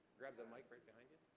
grab the mic right behind you.